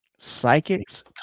Psychics